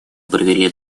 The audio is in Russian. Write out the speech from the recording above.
провели